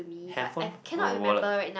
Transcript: handphone or your wallet